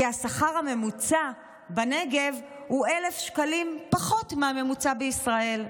כי השכר הממוצע בנגב הוא 1,000 שקלים פחות מהממוצע בישראל.